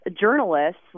journalists